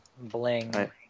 Bling